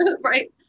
right